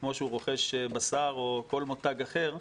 כמו שהוא רוכש בשר או כל מותג אחר,